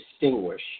distinguish